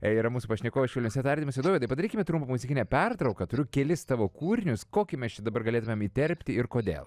yra mūsų pašnekovas švelniuose tardymuose dovydai padarykime trumpą muzikinę pertrauką turiu kelis tavo kūrinius kokį mes čia dabar galėtumėm įterpti ir kodėl